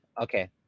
Okay